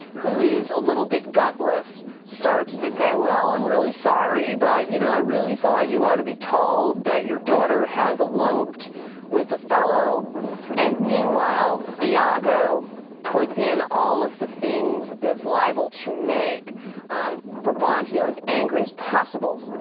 who is a little bit gutless, starts to say, well i'm really sorry, but you know, i really thought. you ought to be told. that your daughter has eloped with othello and meanwhile, iago puts in all of the things that's liable to make brabantio as angry as possible.